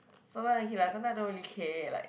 sometime okay lah sometime don't really care like